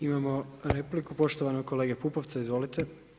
Imamo repliku poštovanog kolege Pupovca, izvolite.